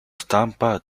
stampa